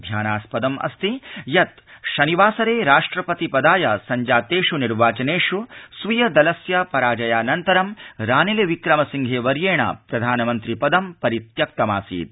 ध्यानास्पदमस्ति यत् गत शनिवासरे राष्ट्रपतिपदाय सञ्जातेष् निर्वाचनेष् स्वदलस्य पराजयानन्तर रानिलविक्रमसिंघे वर्येण प्रधानमन्त्रि पदं परित्यक्तमासीत